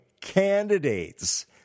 candidates